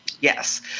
Yes